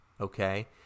okay